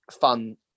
fun